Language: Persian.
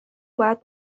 باید